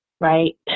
right